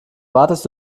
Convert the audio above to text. wartest